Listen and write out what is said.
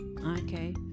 Okay